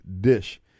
dish